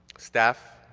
staff,